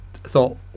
Thought